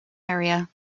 area